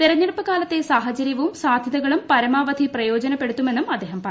തെരഞ്ഞെടുപ്പ് കാലത്തെ സാഹചര്യവും സാധ്യതകളും പരമാവധി പ്രയോജനപ്പെടുത്തുമെന്നും അദ്ദേഹം പറഞ്ഞു